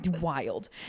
wild